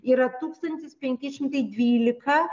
yra tūkstantis penki šimtai dvylika